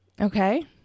Okay